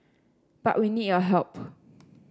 but we need your help